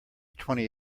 twenty